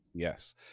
Yes